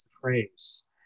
phrase